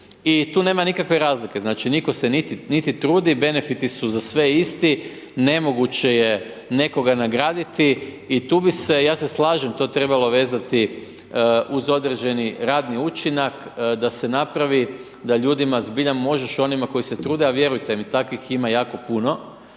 I tu nema nikakve razlike, znači nitko se niti ne trudi, benfiti su za sve isti, ne moguće je nekoga nagradi. I tu bi se, ja se slažem to trebalo vezati uz određeni radni učinak da se napravi da ljudima zbilja možeš, onima koji se trude a vjerujte mi takvih ima jako puno